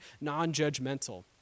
non-judgmental